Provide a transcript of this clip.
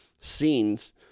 scenes